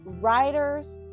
writers